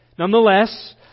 Nonetheless